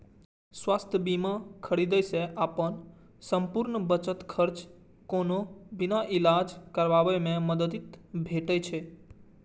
स्वास्थ्य बीमा खरीदै सं अपन संपूर्ण बचत खर्च केने बिना इलाज कराबै मे मदति भेटै छै